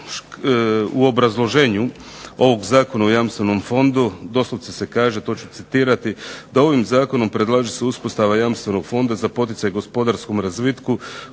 u obrazloženju ovog Zakona o Jamstvenom fondu doslovce se kaže, to ću citirati "da ovim zakonom se predlaže uspostava Jamstvenog fonda za poticaj gospodarskom razvitku